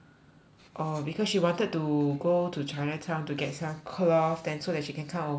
orh because she wanted to go to chinatown to get some cloth then so that she can come over to